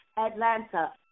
Atlanta